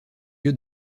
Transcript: lieu